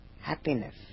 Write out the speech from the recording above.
happiness